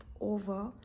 over